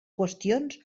qüestions